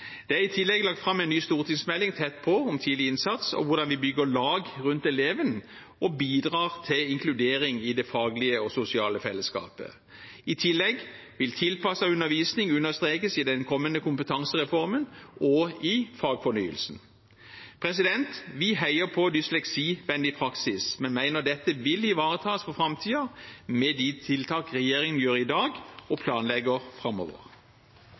Det er i tillegg lagt fram en ny stortingsmelding, Tett på, om tidlig innsats og hvordan vi bygger lag rundt eleven og bidrar til inkludering i det faglige og sosiale fellesskapet. I tillegg vil tilpasset undervisning understrekes i den kommende kompetansereformen og i fagfornyelsen. Vi heier på dysleksivennlig praksis, men mener at dette vil ivaretas for framtiden med de tiltakene regjeringen gjør i dag, og planlegger framover.